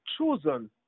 chosen